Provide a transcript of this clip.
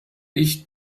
ich